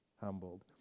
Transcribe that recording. humbled